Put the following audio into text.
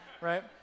right